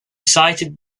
cited